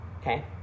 Okay